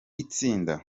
itsinda